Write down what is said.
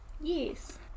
Yes